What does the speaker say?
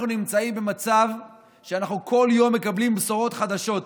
אנחנו נמצאים במצב שאנחנו כל יום מקבלים בשורות חדשות.